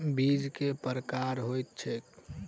बीज केँ प्रकार कऽ होइ छै?